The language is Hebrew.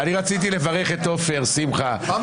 רק שזה 20(ב) בכחול,